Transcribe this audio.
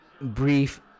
brief